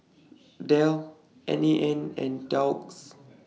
Dell N A N and Doux